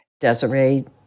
Desiree